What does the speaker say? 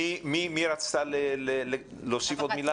מי רצתה להוסיף עוד מילה?